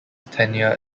tenure